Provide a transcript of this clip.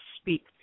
speak